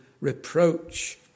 reproach